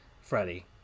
Freddie